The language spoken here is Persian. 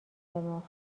ترم